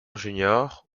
junior